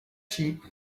sheep